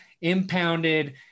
impounded